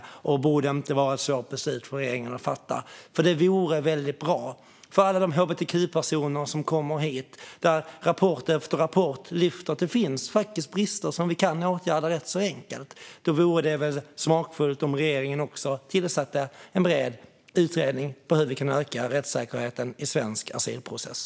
Det borde inte vara ett svårt beslut för regeringen att fatta. Det vore också väldigt bra för alla hbtq-personer som kommer hit. Rapport efter rapport lyfter fram att det finns brister som vi kan åtgärda ganska enkelt. Då vore det väl smakfullt om regeringen tillsatte en bred utredning om hur vi kan öka rättssäkerheten i svensk asylprocess.